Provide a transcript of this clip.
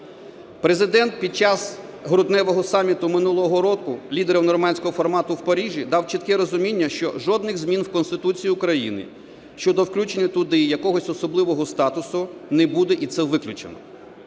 Президент під час грудневого саміту минулого року лідерам "нормандського формату" в Парижі дав чітке розуміння, що жодних змін в Конституції України щодо включення туди якогось особливого статусу не буде, і це виключено.